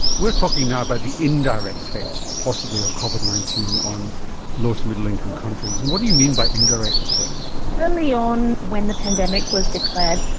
we're talking now about the indirect effects possibly of covid nineteen on low to middle income countries, and what do you mean by indirect effects? early on when the pandemic was declared,